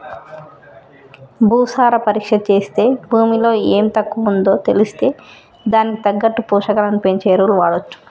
భూసార పరీక్ష చేస్తే భూమిలో ఎం తక్కువుందో తెలిస్తే దానికి తగ్గట్టు పోషకాలను పెంచే ఎరువులు వాడొచ్చు